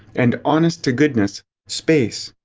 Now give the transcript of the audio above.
and honest-to-goodness space.